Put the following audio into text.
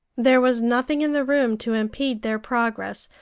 there was nothing in the room to impede their progress.